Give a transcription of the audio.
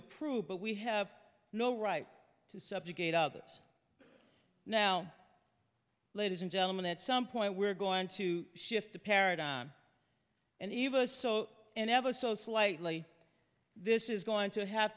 approve but we have no right to subjugate others now ladies and gentlemen at some point we're going to shift the paradigm and even an ever so slightly this is going to have